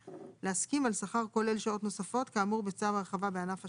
להסכים על שכר כולל שעות נוספות כאמור בצו הרחבה בענף השמירה.